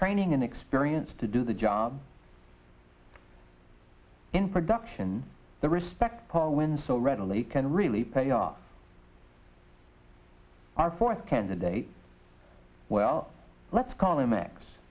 training and experience to do the job in production the respect power when so readily can really pay off our fourth candidate well let's call